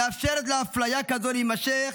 מאפשרת לאפליה כזו להימשך